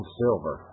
silver